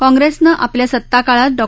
काँग्रेसनं आपल्या सत्ताकाळात डॉ